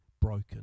broken